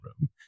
room